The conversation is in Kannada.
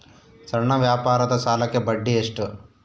ಸಣ್ಣ ವ್ಯಾಪಾರದ ಸಾಲಕ್ಕೆ ಬಡ್ಡಿ ಎಷ್ಟು?